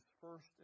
first